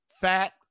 fat